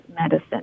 medicine